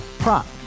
Prop